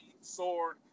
sword